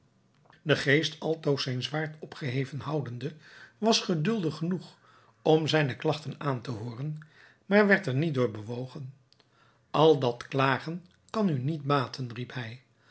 de geest altoos zijn zwaard opgeheven houdende was geduldig genoeg om zijne klagten aan te hooren maar werd er niet door bewogen al dat klagen kan u niet baten riep hij